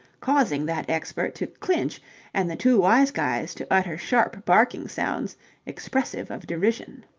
causing that expert to clinch and the two wise guys to utter sharp barking sounds expressive of derision